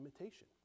imitation